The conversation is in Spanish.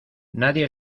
nadie